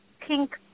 Pink